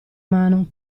mano